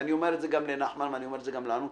ואני אומר את זה גם לנחמן שי ואומר את זה גם לנו,